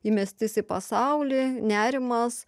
įmestis į pasaulį nerimas